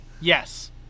Yes